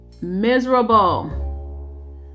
Miserable